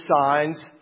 signs